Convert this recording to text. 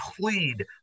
Plead